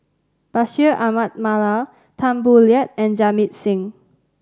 Bashir Ahmad Mallal Tan Boo Liat and Jamit Singh